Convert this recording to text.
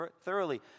thoroughly